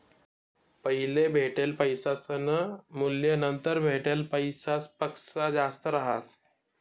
पैले भेटेल पैसासनं मूल्य नंतर भेटेल पैसासपक्सा जास्त रहास